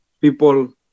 People